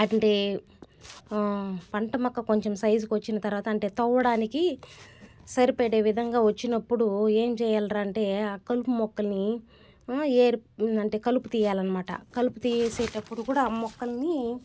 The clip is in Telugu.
అంటే పంట మొక్క కొంచెం సైజుకి వచ్చిన తర్వాత అంటే తవ్వడానికి సరిపడే విధంగా వచ్చినప్పుడు ఏం చేయాలి రా అంటే ఆ కలుపు మొక్కలని ఏరి అంటే కలుపు తీయాలి అనమాట కలుపు తీసేటప్పుడు కూడా ఆ మొక్కలని